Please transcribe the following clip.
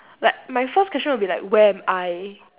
like my first question will be like where am I